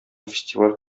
фестиваль